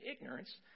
ignorance